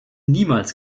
niemals